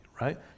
right